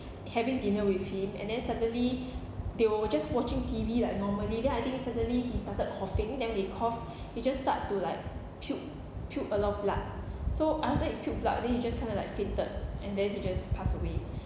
having dinner with him and then suddenly they were were just watching T_V like normally then I think suddenly he started coughing then he cough he just start to like puke puke a lot of blood so after he puke blood then he just kind of like fainted and then he just passed away